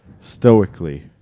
Stoically